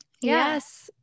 Yes